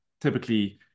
typically